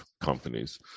companies